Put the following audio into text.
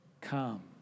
come